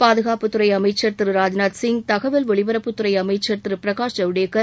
பாதுகாப்புத்துறை அமைச்சர் திரு ராஜ்நாத்சிங் மத்திய தகவல் ஒலிபரப்புத்துறை திரு பிரகாஷ் ஜவ்டேகர்